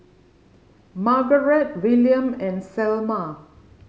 Margarett Willam and Selma